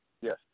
Yes